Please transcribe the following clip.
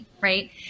right